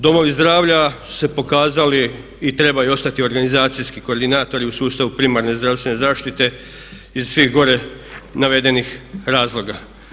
Domovi zdravlja su se pokazali i trebaju ostati organizacijski koordinatori u sustavu primarne zdravstvene zaštite iz svih gore navedenih razloga.